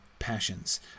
passions